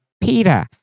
Peter